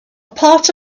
part